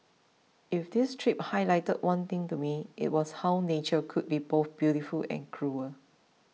if this trip highlighted one thing to me it was how nature could be both beautiful and cruel